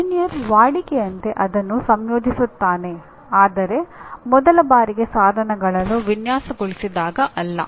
engineer ವಾಡಿಕೆಯಂತೆ ಅದನ್ನು ಸಂಯೋಜಿಸುತ್ತಾನೆ ಆದರೆ ಮೊದಲ ಬಾರಿಗೆ ಸಾಧನಗಳನ್ನು ವಿನ್ಯಾಸಗೊಳಿಸಿದಾಗ ಅಲ್ಲ